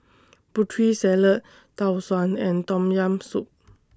Putri Salad Tau Suan and Tom Yam Soup